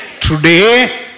Today